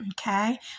okay